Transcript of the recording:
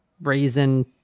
raisin